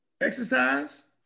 exercise